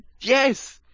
Yes